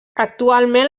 actualment